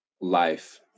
life